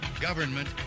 government